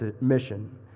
mission